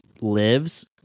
lives